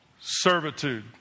servitude